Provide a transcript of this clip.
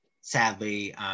sadly